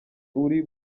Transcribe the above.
uri